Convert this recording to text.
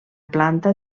planta